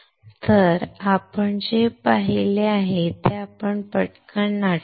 तर आपण जे पाहिले आहे ते आपण पटकन आठवू या